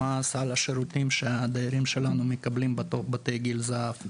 מה סל השירותים שהדיירים שלנו מקבלים בבתי גיל זהב.